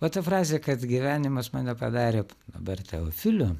o ta frazė kad gyvenimas mane padarė dabar teofiliu